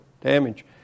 damage